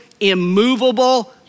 immovable